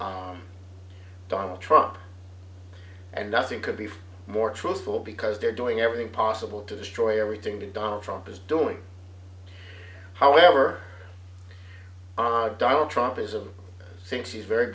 to donald trump and nothing could be more truthful because they're doing everything possible to destroy everything to donald trump is doing however don't trump ism thinks he's very